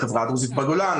לחברה הדרוזית בגולן,